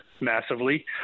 massively